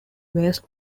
waste